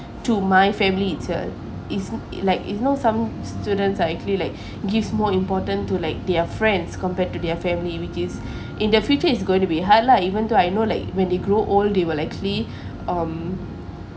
to my family it's a it's like you know some students are actually like gives more important to like their friends compared to their family which is in the future it's going to be hard lah even though I know like when they grow old they will actually um